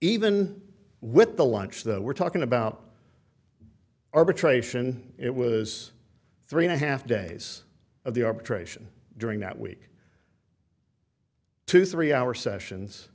even with the lunch that we're talking about arbitration it was three and a half days of the arbitration during that week two three hour sessions